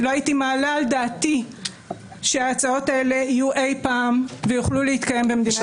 לא הייתי מעלה על דעתי שההצעות האלה יוכלו אי פעם להתקיים במדינת ישראל.